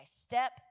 step